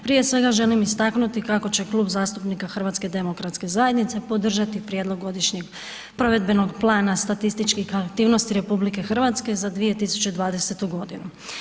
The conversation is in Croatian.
Prije svega želim istaknuti kako će Klub zastupnika HDZ-a podržati Prijedlog godišnjeg provedbenog plana statističkih aktivnosti RH za 2020. godinu.